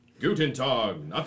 Gutentag